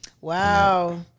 Wow